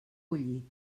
collit